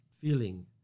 feeling